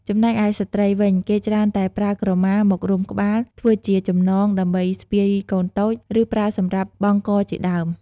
ចំណែកឯស្ត្រីវិញ គេច្រើនតែប្រើក្រមាមករុំក្បាល ធ្វើជាចំណងដើម្បីស្ពាយកូនតូច ឬ ប្រើសម្រាប់បង់កជាដើម។